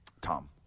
Tom